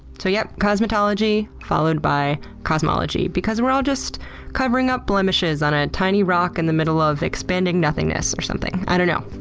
so yup, cosmetology followed by cosmology because we're all just covering up blemishes on a tiny rock in the middle of expanding nothingness or something. i don't know.